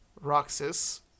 Roxas